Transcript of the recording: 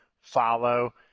follow